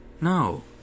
No